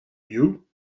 you